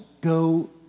go